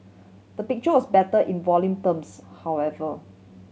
the picture was better in volume terms however